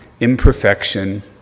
imperfection